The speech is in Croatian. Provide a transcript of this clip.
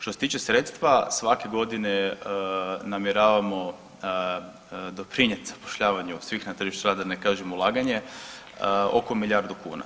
Što se tiče sredstva svake godine namjeravamo doprinjet zapošljavanju svih na tržištu rada da ne kažem ulaganje oko milijardu kuna.